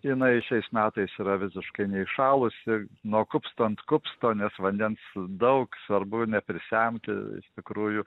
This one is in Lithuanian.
jinai šiais metais yra visiškai neįšalusi nuo kupsto ant kupsto nes vandens daug svarbu neprisemti iš tikrųjų